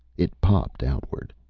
it popped outward.